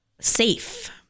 safe